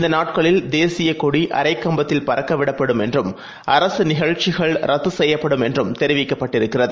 இந்தநாட்களில்தேசியக்கொடிஅரைக்கம்பத்தில்பறக்கவிடப்படும்என்றும் அரசுநிகழ்ச்சிகள்ரத்துசெய்யப்படும்என்றும்தெரிவிக்கப்பட்டிருக்கிறது